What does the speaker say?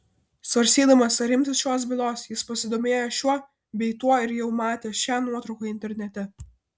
svarstydamas ar imtis šios bylos jis pasidomėjo šiuo bei tuo ir jau matė šią nuotrauką internete